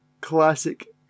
classic